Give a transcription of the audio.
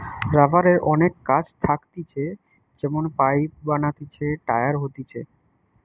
রাবারের অনেক কাজ থাকতিছে যেমন পাইপ বানাতিছে, টায়ার হতিছে